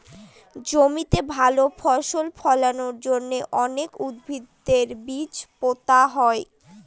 জমিতে ভালো ফসল ফলানোর জন্য অনেক উদ্ভিদের বীজ পোতা হয়